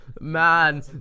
Man